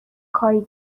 کاری